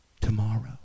tomorrow